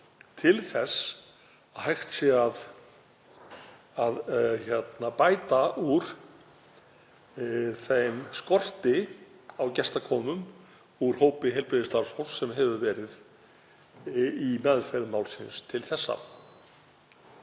til að hægt sé að bæta úr skorti á gestakomum úr hópi heilbrigðisstarfsfólks sem hefur verið í meðferð málsins til þessa.